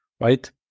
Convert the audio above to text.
right